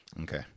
okay